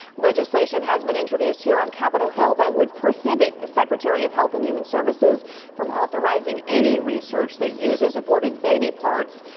legislation has been introduced on capitol hill that would prohibit the secretary of health and human services from authorizing any research that uses aborted baby parts.